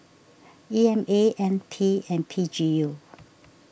E M A N P and P G U